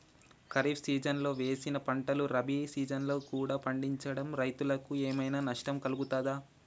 ఖరీఫ్ సీజన్లో వేసిన పంటలు రబీ సీజన్లో కూడా పండించడం రైతులకు ఏమైనా నష్టం కలుగుతదా?